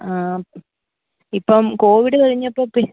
ആ ഇപ്പം കോവിഡ് കഴിഞ്ഞപ്പോൾ പി